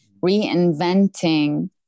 reinventing